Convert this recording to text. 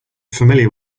familiar